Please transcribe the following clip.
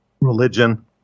Religion